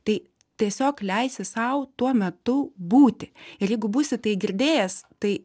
tai tiesiog leisti sau tuo metu būti ir jeigu būsi tai girdėjęs tai